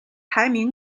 排名